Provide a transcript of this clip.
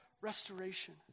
restoration